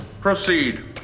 Proceed